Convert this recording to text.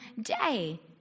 day